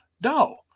No